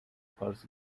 occurs